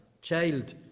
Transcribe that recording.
child